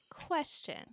question